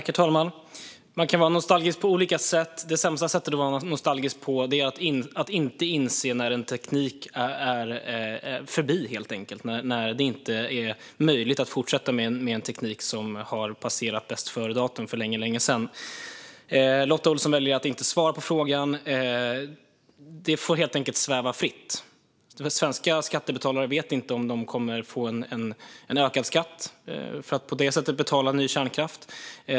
Herr talman! Man kan vara nostalgisk på olika sätt. Det sämsta sättet att vara nostalgisk på är att inte inse när en teknik är förbi, att inte inse när det inte är möjligt att fortsätta med en teknik som för länge sedan passerat bästföredatum. Lotta Olsson väljer att inte svara på frågan. Detta får helt enkelt sväva fritt. Svenska skattebetalare vet inte om de kommer att få en ökad skatt för att på det sättet betala ny kärnkraft.